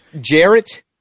Jarrett